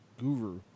guru